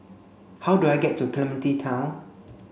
how do I get to Clementi Town